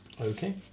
Okay